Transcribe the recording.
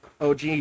OG